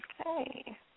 Okay